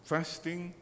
Fasting